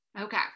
okay